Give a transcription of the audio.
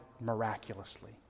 miraculously